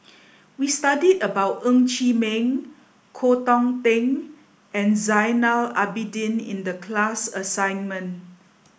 we studied about Ng Chee Meng Koh Hong Teng and Zainal Abidin in the class assignment